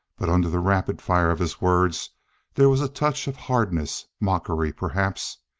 but under the rapid fire of his words there was a touch of hardness mockery, perhaps.